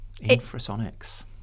infrasonics